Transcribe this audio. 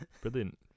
Brilliant